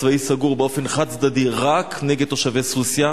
צבאי סגור באופן חד-צדדי רק נגד תושבי סוסיא.